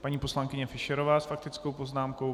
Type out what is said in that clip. Paní poslankyně Fischerová s faktickou poznámkou.